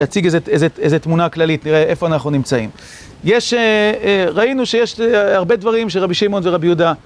להציג איזה תמונה כללית, לראה איפה אנחנו נמצאים. יש, ראינו שיש הרבה דברים שרבי שמעון ורבי יהודה